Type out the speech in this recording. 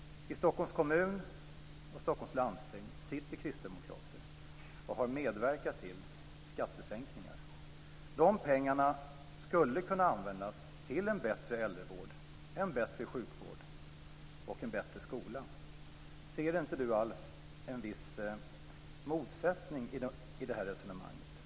I Stockholms kommun och i Stockholms läns landsting sitter kristdemokrater som har medverkat till skattesänkningar. De pengarna skulle kunna användas till en bättre äldrevård, en bättre sjukvård och en bättre skola. Ser inte du, Alf, en viss motsättning i det här resonemanget?